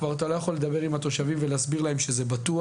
כבר אתה לא יכול לדבר עם התושבים ולהסביר להם שזה בטוח.